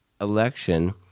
election